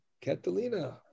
Catalina